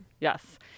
Yes